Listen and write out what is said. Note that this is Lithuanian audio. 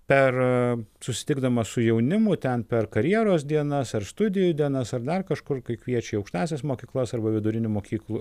per susitikdamas su jaunimu ten per karjeros dienas ar studijų dienas ar dar kažkur kai kviečia į aukštąsias mokyklas arba vidurinių mokyklų